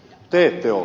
te ette ole